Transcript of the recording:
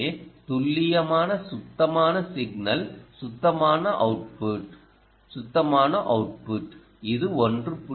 எனவே துல்லியமான சுத்தமான சிக்னல் சுத்தமான அவுட்புட் சுத்தமான அவுட்புட் இது 1